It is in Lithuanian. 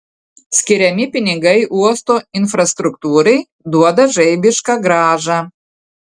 skiriami pinigai uosto infrastruktūrai duoda žaibišką grąžą